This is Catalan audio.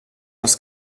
els